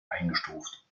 eingestuft